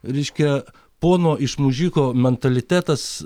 reiškia pono iš mužiko mentalitetas